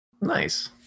Nice